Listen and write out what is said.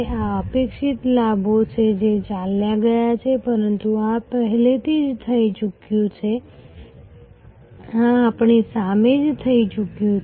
આ અપેક્ષિત લાભો છે જે ચાલ્યા ગયા છે પરંતુ આ પહેલેથી જ થઈ ચૂક્યું છે આ આપણી સામે જ થઈ રહ્યું છે